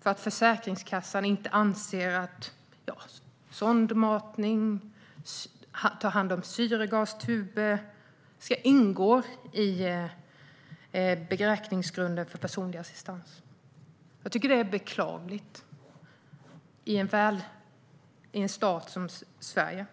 för att Försäkringskassan inte anser att sondmatning eller att ta hand om syrgastuber ska ingå i beräkningsgrunden för personlig assistans. Jag tycker att det är beklagligt i en stat som Sverige.